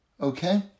okay